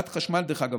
דרך אגב,